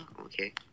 Okay